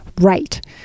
Right